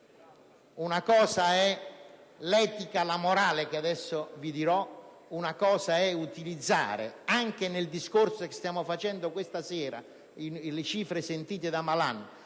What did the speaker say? Una cosa è l'etica e la morale, di cui adesso parlerò, un'altra utilizzare, anche nel discorso che stiamo facendo questa sera, le cifre sentite da Malan.